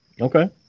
Okay